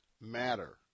matter